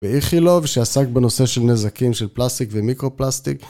ואיכילוב שעסק בנושא של נזקים של פלסטיק ומיקרופלסטיק